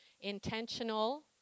intentional